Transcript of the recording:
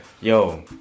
Yo